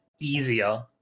easier